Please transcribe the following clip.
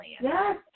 Yes